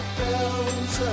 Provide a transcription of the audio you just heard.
bells